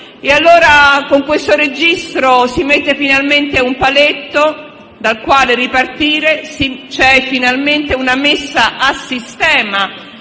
tumorali. Con questo registro si mette finalmente un paletto dal quale ripartire; c'è finalmente una messa a sistema